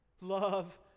Love